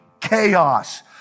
chaos